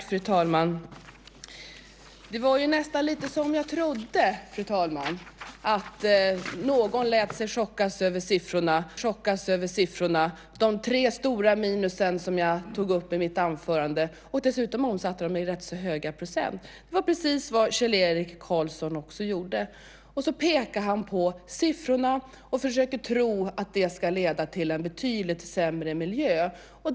Fru talman! Det blev som jag trodde. Någon lät sig chockas över siffrorna - de tre stora minus som jag tog upp i mitt anförande och omsatte i ganska höga procent. Det var just det som Kjell-Erik Karlsson också gjorde. Han pekar på siffrorna och tror att de ska leda till en betydligt sämre miljö.